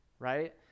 Right